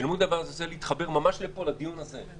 ומול הדבר הזה להתחבר ממש לפה, לדיון הזה.